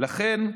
תודה.